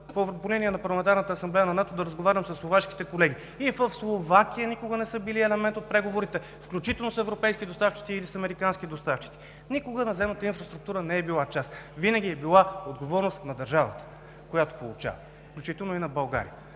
асамблея на НАТО да разговарям със словашките колеги. И в Словакия никога не са били елемент от преговорите, включително с европейски доставчици или с американски доставчици. Никога наземната инфраструктура не е била част. Винаги е била отговорност на държавата, която получава, включително и на България.